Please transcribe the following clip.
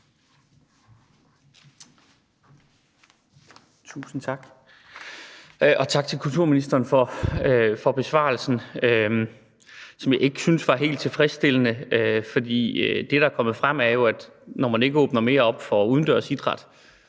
Tusind tak, og tak til kulturministeren for besvarelsen. Jeg synes ikke, den var helt tilfredsstillende, for det, der er kommet frem, er jo, at når man ikke åbner mere op for udendørs idræt